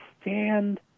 stand